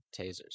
tasers